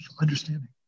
understanding